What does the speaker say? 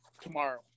tomorrow